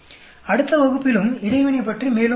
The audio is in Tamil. அடுத்த வகுப்பிலும் இடைவினை பற்றி மேலும் பேசுவோம்